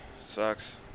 sucks